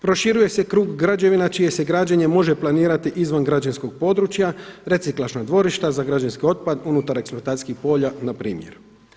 Proširuje se krug građevina čije se građenje može planirati izvan građevinskog područja, reciklažna dvorišta za građevinski otpad unutar eksploatacijskih polja na primjer.